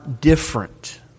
different